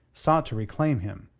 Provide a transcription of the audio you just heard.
sought to reclaim him.